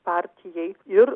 partijai ir